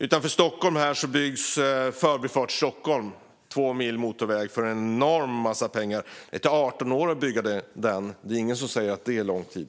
Utanför Stockholm byggs Förbifart Stockholm - två mil motorväg för en enorm massa pengar. Det tar 18 år att bygga den. Det är ingen som säger att det är lång tid.